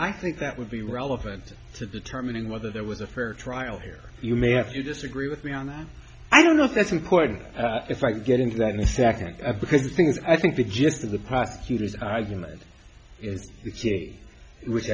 i think that would be relevant to determining whether there was a fair trial here you may have to disagree with me on that i don't know if that's important if i could get into that in a second because the things i think the gist of the prosecutor's argument i